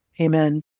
Amen